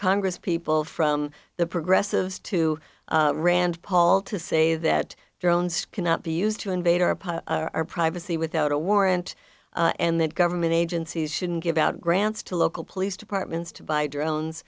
congress p people from the progressives to rand paul to say that drones cannot be used to invade our our privacy without a warrant and that government agencies shouldn't give out grants to local police departments to buy